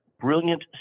brilliant